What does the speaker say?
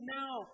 now